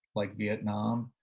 like vietnam,